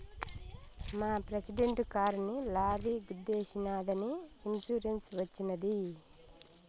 మా ప్రెసిడెంట్ కారుని లారీ గుద్దేశినాదని ఇన్సూరెన్స్ వచ్చినది